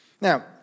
Now